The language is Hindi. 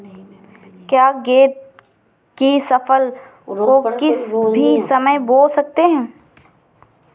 क्या गन्ने की फसल को किसी भी समय बो सकते हैं?